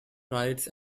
riots